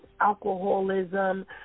alcoholism